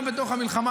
גם בתוך המלחמה,